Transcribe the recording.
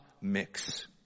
mix